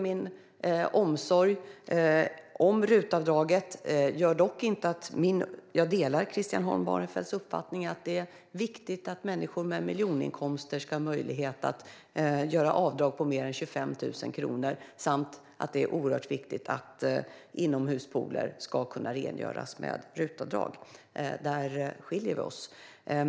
Min omsorg om RUT-avdraget gör dock inte att jag delar Christian Holm Barenfelds uppfattning att det är viktigt att människor med miljoninkomster ska ha möjlighet att göra avdrag på mer än 25 000 kronor och att det är oerhört viktigt att man ska få RUT-avdrag för att rengöra inomhuspooler. Här skiljer vi oss åt.